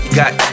got